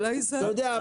אתה יודע,